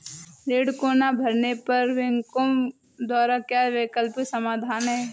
ऋण को ना भरने पर बैंकों द्वारा क्या वैकल्पिक समाधान हैं?